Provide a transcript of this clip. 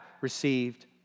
received